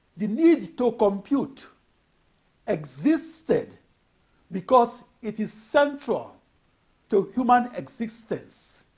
the need to compute existed because it is central to human existence.